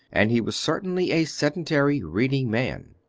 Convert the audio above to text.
and he was certainly a sedentary, reading man.